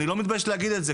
אני לא מתבייש להגיד את זה,